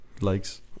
likes